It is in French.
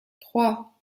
trois